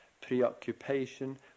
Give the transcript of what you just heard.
preoccupation